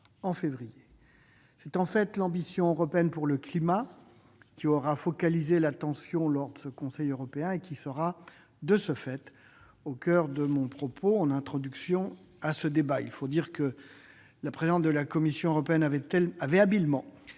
C'est en fait l'ambition européenne pour le climat qui aura focalisé l'attention lors de ce Conseil européen et qui sera, de ce fait, au coeur de mon propos en introduction à ce débat. Il faut dire que la présidente de la Commission européenne avait habilement